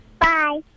Bye